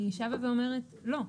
אני שבה ואומרת, לא.